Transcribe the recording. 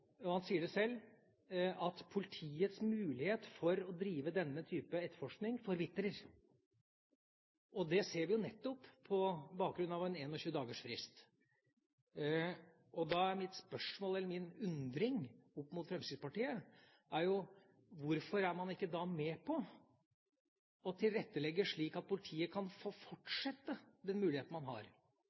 og han sier det selv – at politiets mulighet for å drive denne type etterforskning forvitrer. Det ser vi nettopp på bakgrunn av en 21-dagersfrist. Da er mitt spørsmål, min undring, opp mot Fremskrittspartiet: Hvorfor er man ikke med på å tilrettelegge slik at politiet fortsatt kan ha muligheten